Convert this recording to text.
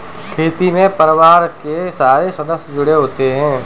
खेती में परिवार के सारे सदस्य जुड़े होते है